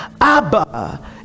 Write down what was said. Abba